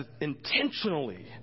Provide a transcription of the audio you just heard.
intentionally